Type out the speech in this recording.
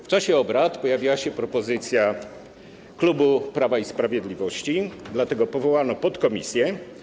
W czasie obrad pojawiła się propozycja klubu Prawa i Sprawiedliwości, dlatego powołano podkomisję.